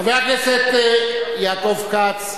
חבר הכנסת יעקב כץ,